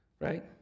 Right